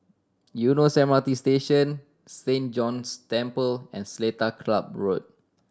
Eunos M R T Station Saint John's Chapel and Seletar Club Road